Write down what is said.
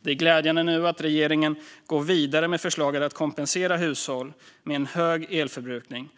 Det är glädjande att regeringen nu går vidare med förslaget att kompensera hushåll med hög elförbrukning.